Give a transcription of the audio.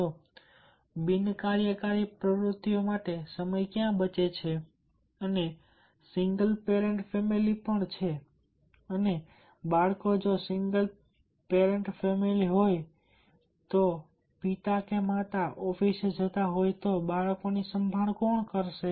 તો બિન કાર્યકારી પ્રવૃત્તિઓ માટે સમય ક્યાં બચે છે અને સિંગલ પેરેન્ટ ફેમિલી પણ છે અને બાળકો જો સિંગલ પેરેન્ટ ફેમિલી હોય જો પિતા કે માતા ઓફિસે જતા હોય તો બાળકોની સંભાળ કોણ રાખશે